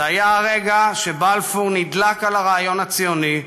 זה היה הרגע שבו בלפור נדלק על הרעיון הציוני,